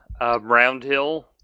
Roundhill